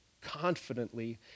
confidently